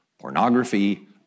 Pornography